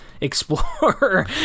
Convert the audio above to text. explore